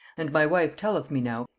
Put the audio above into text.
and my wife telleth me now,